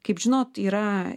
kaip žinot yra